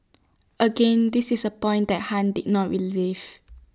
again this is A point that han did not